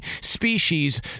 species